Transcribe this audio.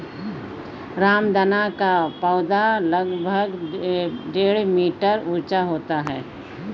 रामदाना का पौधा लगभग डेढ़ मीटर ऊंचा होता है